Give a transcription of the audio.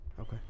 Okay